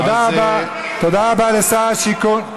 תודה רבה לשר השיכון.